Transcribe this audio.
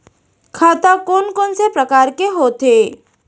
खाता कोन कोन से परकार के होथे?